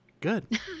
Good